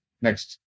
Next